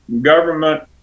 government